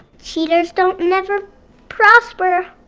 cheaters don't never prosper.